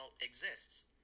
exists